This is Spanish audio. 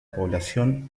población